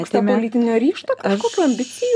trūksta politinio ryžto kažkokių ambicijų